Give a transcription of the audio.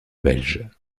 belges